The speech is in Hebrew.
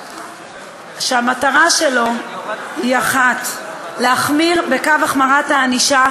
שהמטרה שלו היא אחת: להחמיר, החמרת הענישה